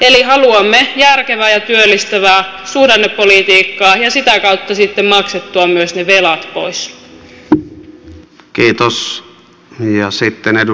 eli haluamme järkevää ja työllistävää suhdannepolitiikkaa ja sitä kautta sitten saadaan maksettua myös ne velat pois